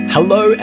Hello